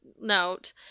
note